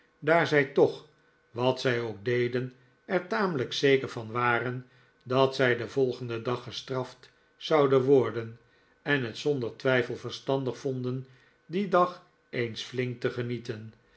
daar zij toch wat zij ook deden er tamelijk zeker van waren dat zij den volgenden dag gestraft zouden worden en het zonder twijfel verstandig vonden dien dag eens flink te genieten